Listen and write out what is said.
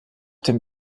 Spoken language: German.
dem